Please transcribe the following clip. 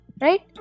right